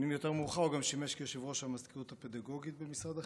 שנים יותר מאוחר הוא גם שימש יושב-ראש המזכירות הפדגוגית במשרד החינוך.